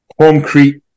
concrete